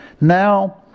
now